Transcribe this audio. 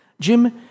Jim